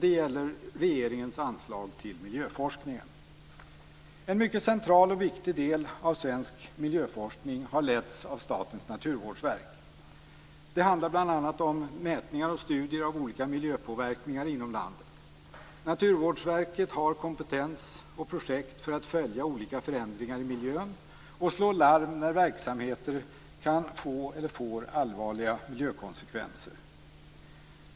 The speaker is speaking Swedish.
Det gäller regeringens anslag till miljöforskningen. En mycket central och viktigt del av svensk miljöforskning har letts av Statens naturvårdsverk. Det handlar bl.a. om mätningar och studier av olika miljöpåverkningar inom landet. Naturvårdsverket har kompetens och projekt för att följa olika förändringar i miljön och slå larm när verksamheter kan få eller får allvarliga miljökonsekvenser.